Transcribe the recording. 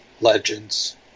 Legends